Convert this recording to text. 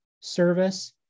service